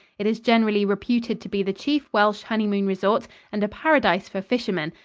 it is generally reputed to be the chief welsh honeymoon resort and a paradise for fishermen,